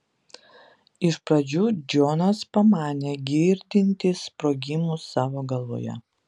iš pradžių džonas pamanė girdintis sprogimus savo galvoje